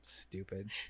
Stupid